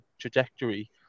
trajectory